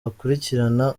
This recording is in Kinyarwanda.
akurikirana